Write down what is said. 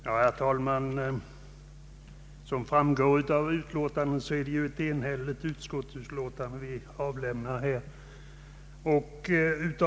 Herr talman! Som framgår av föreliggande utskottsutlåtande, är utskottet enhälligt.